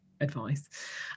advice